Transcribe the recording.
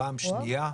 פעם שנייה,